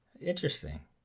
Interesting